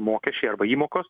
mokesčiai arba įmokos